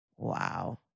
Wow